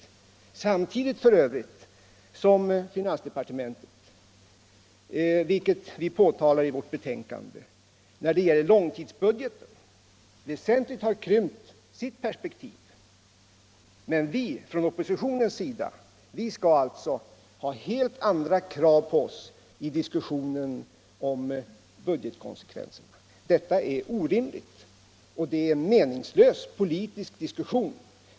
Detta gör han f. ö. samtidigt som finansdepartementet — vilket vi påtalar i vårt betänkande — när det gäller långtidsbudgeten väsentligt har krympt sitt tidsperspektiv. Men vi från oppositionen skall alltså ha helt andra krav på oss i diskussioner om budgetkonsekvenserna. Detta är orimligt, och det blir därför en meningslös politisk diskussion.